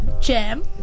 jam